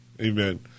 Amen